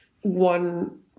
one